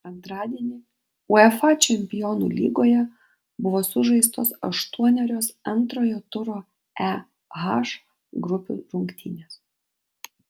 antradienį uefa čempionų lygoje buvo sužaistos aštuonerios antrojo turo e h grupių rungtynės